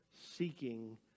seeking